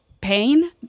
pain